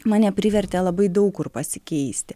mane privertė labai daug kur pasikeisti